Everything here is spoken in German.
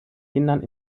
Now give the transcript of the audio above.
kindern